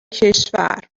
کشور